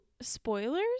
spoilers